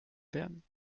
werden